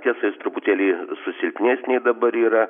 tiesa jis truputėlį susilpnės nei dabar yra